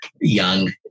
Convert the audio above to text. young